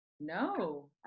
No